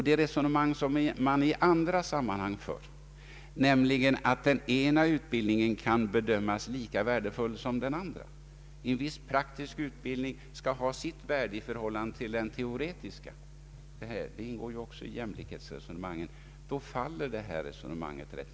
Det resonemang som man fört i andra sammanhang, nämligen att den ena utbildningen kan bedömas lika värdefull som den andra, att en viss praktisk utbildning skall ha sitt värde i förhållande till den teoretiska, det ingår också i jämlikhetsresonemangen men gäller tydligen inte här.